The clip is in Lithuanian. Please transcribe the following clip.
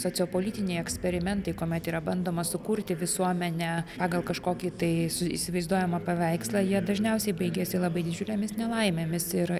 sociopolitiniai eksperimentai kuomet yra bandoma sukurti visuomenę pagal kažkokį tai su įsivaizduojamą paveikslą jie dažniausiai baigiasi labai didžiulėmis nelaimėmis ir